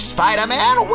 Spider-Man